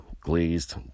glazed